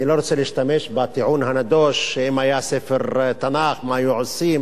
אני לא רוצה להשתמש בטיעון הנדוש שאם זה היה ספר תנ"ך מה היו עושים,